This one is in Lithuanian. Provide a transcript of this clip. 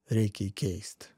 reikia jį keist